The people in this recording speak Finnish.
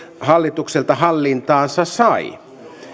hallitukselta hallintaansa sai